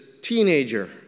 teenager